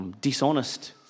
Dishonest